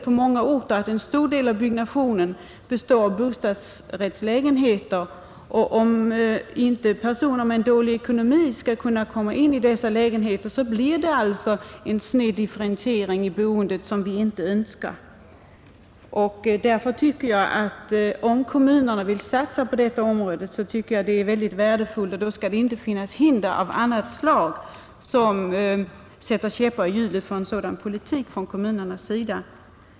På många orter består en stor del av byggnationen av bostadsrättslägenheter, och om inte personer med dålig ekonomi skall få bo i dessa lägenheter, blir följden en sned differentiering i boendet som vi inte önskar. Om kommunerna vill satsa på dessa områden tycker jag det är värdefullt, och då skall det inte finnas hinder av annat slag, som sätter käppar i hjulet för en sådan politik från kommunerna.